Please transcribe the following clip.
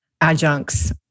adjuncts